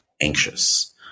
anxious